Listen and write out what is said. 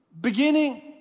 beginning